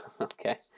Okay